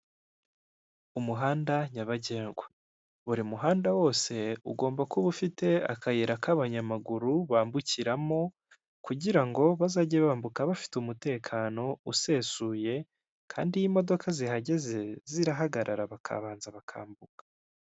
Umuhanda nyabagendwa buri muhanda wose ugomba kuba ufite akayira k'abanyamaguru bambukiramo, kugira ngo bazajye bambuka bafite umutekano usesuye kandi iyo imodoka zihageze, zirahagarara bakabanza bakambuka.